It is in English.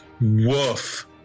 Woof